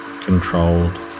controlled